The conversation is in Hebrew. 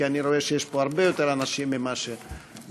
כי אני רואה שיש פה הרבה יותר אנשים ממה שנספיק.